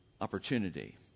opportunity